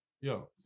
Yo